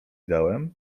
dałem